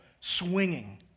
swinging